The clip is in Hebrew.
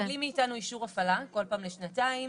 הם מקבלים מאתנו אישור הפעלה, כל פעם לשנתיים.